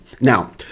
now